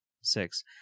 six